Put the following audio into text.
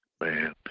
Man